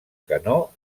canó